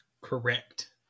Correct